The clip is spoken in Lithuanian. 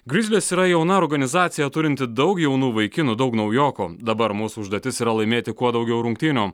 grizlis yra jauna organizacija turinti daug jaunų vaikinų daug naujokų dabar mūsų užduotis yra laimėti kuo daugiau rungtynių